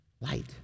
Light